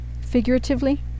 figuratively